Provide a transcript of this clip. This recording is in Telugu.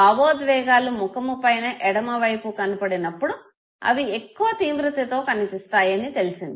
భావోద్వేగాలు ముఖము పైన ఎడమ వైపు కనపడినప్పుడు అవి ఎక్కువ తీవ్రతతో కనిపిస్తాయని తెలిసింది